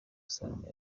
seromba